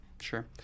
Sure